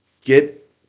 get